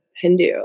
Hindu